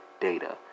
data